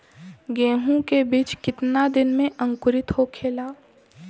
गेहूँ के बिज कितना दिन में अंकुरित होखेला?